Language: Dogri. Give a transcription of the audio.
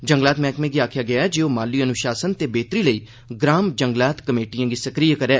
जंगलात मैहकमे गी आखेआ गेआ ऐ जे ओह् माली अनुशासन ते बेहतरी लेई ग्राम जंगलात कमेटिएं गी सक्रिय करै